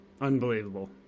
Unbelievable